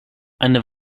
eine